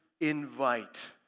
invite